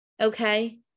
Okay